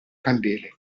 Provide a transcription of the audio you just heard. candele